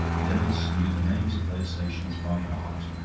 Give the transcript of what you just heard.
denis knew the names of those stations by heart.